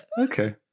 Okay